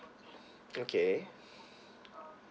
okay